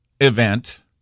event